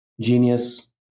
genius